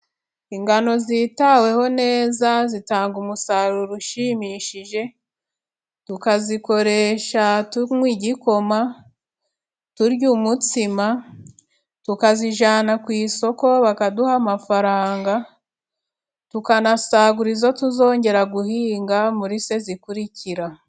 Ingano zitaweho neza zitanga umusaruro ushimishije, tukazikoresha tunywa igikoma, turya umutsima, tukazijyana ku isoko bakaduha amafaranga, tukanasagura izo tuzongera guhinga muri sezo zikurikira.